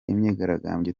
imyigaragambyo